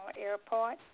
Airport